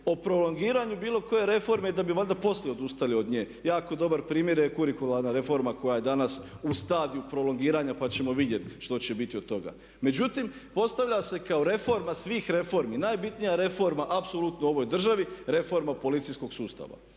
o prolongiranju bilo koje reforme da bi valjda poslije odustali od nje. Jako dobar primjer je kurikularna reforma koja danas u stadiju prolongiranja pa ćemo vidjeti što će biti od toga. Međutim postavlja se kao reforma svih reformi, najbitnija reforma apsolutno u ovoj državi, reforma policijskog sustava